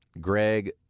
Greg